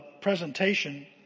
presentation